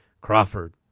Crawford